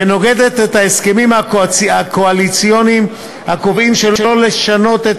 ונוגדת את ההסכמים הקואליציוניים הקובעים שלא לשנות את